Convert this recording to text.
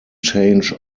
change